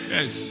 Yes